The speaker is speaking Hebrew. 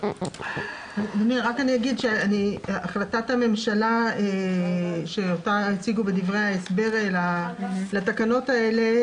רק אומר שהחלטת הממשלה שאותה הציגו בדברי ההסבר לתקנות האלה,